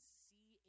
see